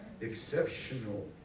exceptional